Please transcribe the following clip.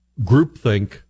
groupthink